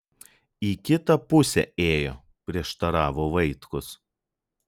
į kitą pusę ėjo prieštaravo vaitkus